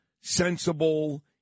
sensible